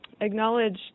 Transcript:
acknowledge